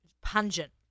Pungent